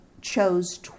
chose